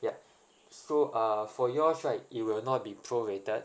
ya so uh for yours right it will not be pro rated